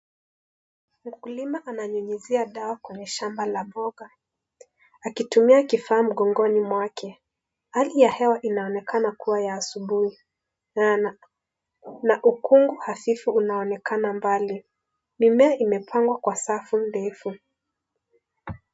Mkulima ananyunyizia dawa kwenye shamba la mboga, akitumia kifaa mgongoni mwake. Hali ya hewa inaonekana kuwa ya asubuhi, na ukungu hafifu unaonekana mbali. Mimea imepangwa kwa safu ndefu.